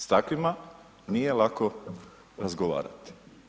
S takvima nije lako razgovarati.